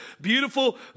beautiful